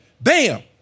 Bam